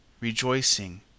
rejoicing